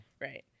Right